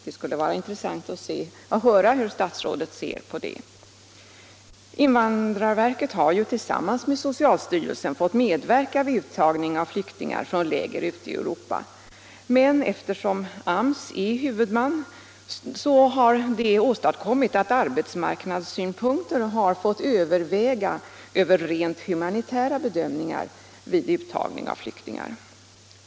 Det skulle vara intressant att höra hur statsrådet ser på Invandrarverket har tillsammans med socialstyrelsen fått medverka vid uttagning av flyktingar från läger ute i Europa, men eftersom AMS är huvudman har arbetsmarknadssynpunkter fått överväga över rent humanitära bedömningar.